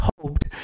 hoped